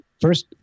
First